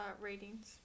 ratings